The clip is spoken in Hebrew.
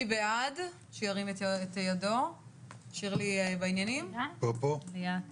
הצבעה בעד, פה אחד